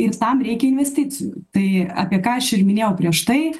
ir tam reikia investicijų tai apie ką aš ir minėjau prieš tai